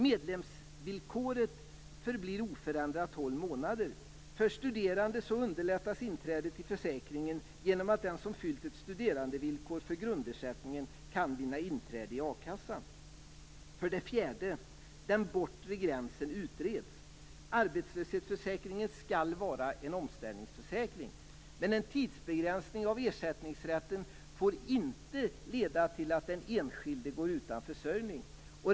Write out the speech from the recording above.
Medlemsvillkoret förblir oförändrat tolv månader. För studerande underlättas inträdet i försäkringen genom att den som fyllt ett studerandevillkor för grundersättningen kan vinna inträde i a-kassan. För det fjärde utreds den bortre gränsen. Arbetslöshetsförsäkringen skall vara en omställningsförsäkring. Men en tidsbegränsning av ersättningsrätten får inte leda till att den enskilde går utan försörjning.